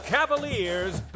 Cavaliers